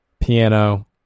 Piano